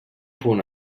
punt